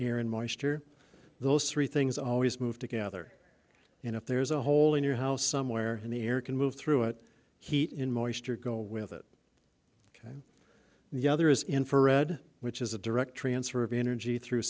and moisture those three things always move together you know if there's a hole in your house somewhere in the air can move through it heat in moisture go with it ok the other is infrared which is a direct transfer of energy through